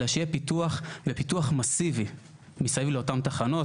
אלא שיהיה פיתוח ופיתוח מאסיבי מסביב לאותן תחנות.